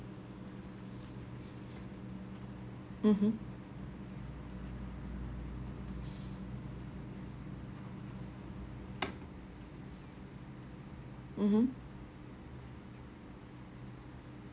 mmhmm mmhmm